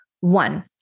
one